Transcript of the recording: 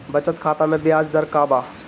बचत खाता मे ब्याज दर का बा?